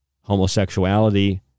homosexuality